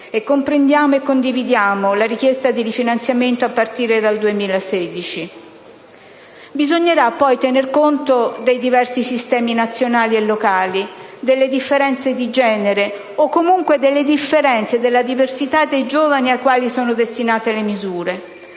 e comprendiamo e condividiamo la richiesta di rifinanziamento a partire dal 2016. Bisognerà poi tener conto dei diversi sistemi nazionali e locali, delle differenze di genere o comunque delle differenze e della diversità dei giovani ai quali sono destinate le misure.